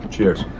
Cheers